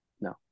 No